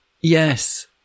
Yes